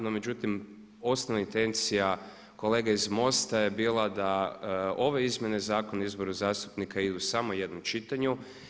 No međutim, osnovna intencija kolega iz MOST-a je bila da ove izmjene zakona o izboru zastupnika idu u samo jednom čitanju.